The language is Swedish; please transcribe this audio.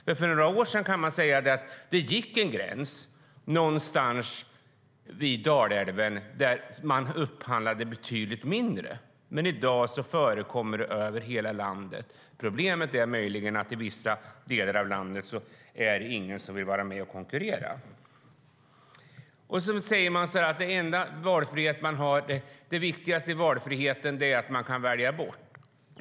För några år sedan gick det en gräns någonstans vid Dalälven, och norr därom upphandlade man betydligt mindre. Men i dag förekommer det över hela landet. Problemet är möjligen att det i vissa delar av landet inte finns någon som vill vara med och konkurrera. Sedan säger ni att det viktigaste i valfriheten är att man kan välja bort.